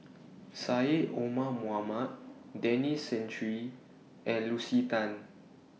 Syed Omar Denis Santry and Lucy Tan